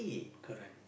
correct